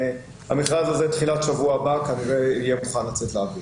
המכרז הזה תחילת שבוע הבא כנראה יהיה מוכן לצאת לאוויר.